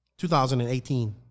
2018